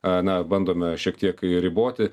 a na bandome šiek tiek riboti